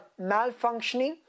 malfunctioning